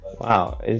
Wow